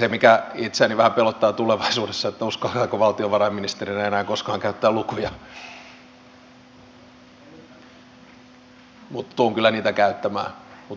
meillä on uhkia kyberturvallisuutta ynnä muita että vaikka me olemme pieni maa täällä pohjolassa niin me emme tosiaan